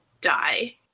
die